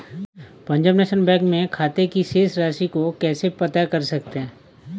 Punjab national bank में खाते की शेष राशि को कैसे पता कर सकते हैं?